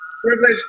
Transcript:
privilege